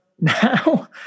now